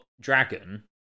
dragon